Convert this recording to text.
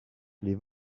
les